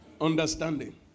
Understanding